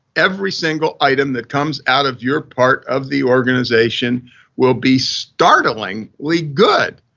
every single item that comes out of your part of the organization will be startlingly like good.